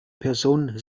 person